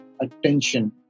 attention